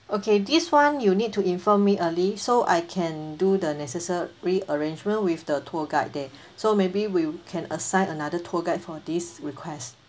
okay this one you need to inform me early so I can do the necessary arrangement with the tour guide there so maybe we can assign another tour guide for this request